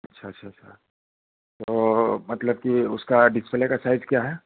अच्छा अच्छा अच्छा तो मतलब कि उसका डिस्प्ले की साइज क्या है